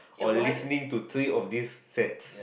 or listening to three of this sets